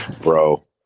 bro